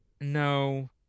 No